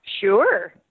Sure